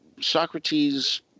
Socrates